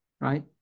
right